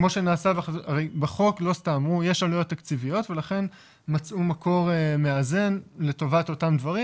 הרי בחוק יש עלויות תקציביות ולכן מצאו מקור מאזן לטובת אותם דברים.